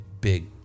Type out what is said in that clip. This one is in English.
big